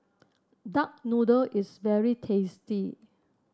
Duck Noodle is very tasty